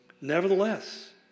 Nevertheless